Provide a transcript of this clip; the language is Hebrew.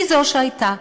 היא זו שהייתה.